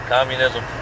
Communism